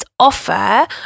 offer